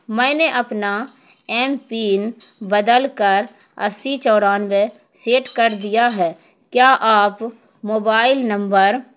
میں نے اپنا ایم پن بدل کر اسی چورانوے سیٹ کر دیا ہے کیا آپ موبائل نمبر